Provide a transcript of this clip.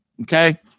Okay